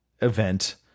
event